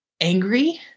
angry